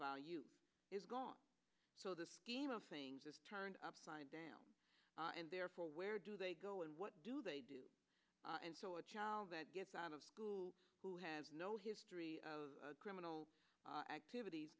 value is gone so the scheme of things is turned upside down and therefore where do they go and what do they do and so a child that gets out of school who has no history of criminal activit